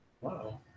Wow